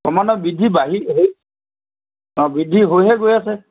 ক্ৰমান্ৱয় বৃদ্ধি বাঢ়ি বৃদ্ধি হৈ হে গৈ আছে